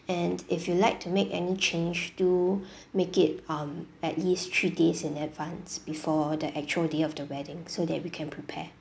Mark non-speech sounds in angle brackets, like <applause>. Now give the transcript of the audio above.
and if you like to make any change do <breath> make it um at least three days in advance before the actual day of the wedding so that we can prepare